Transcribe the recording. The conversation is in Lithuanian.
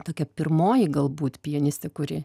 tokia pirmoji galbūt pianistė kuri